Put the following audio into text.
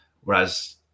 whereas